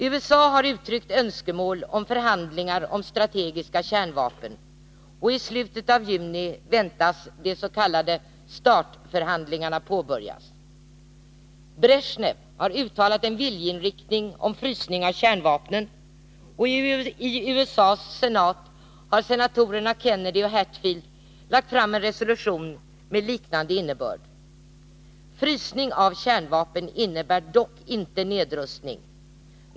USA har uttryckt önskemål om förhandlingar om strategiska kärnvapen, och i slutet av juni väntas de s.k. START-förhandlingarna påbörjas. Bresjnev har uttalat en viljeinriktning om frysning av kärnvapnen, och i USA:s senat har senatorerna Kennedy och Hatfield lagt fram en resolution med liknande innebörd. Frysning av kärnvapen innebär dock inte nedrustning.